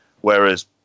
whereas